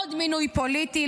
לעוד מינוי פוליטי,